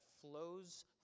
flows